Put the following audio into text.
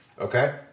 Okay